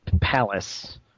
palace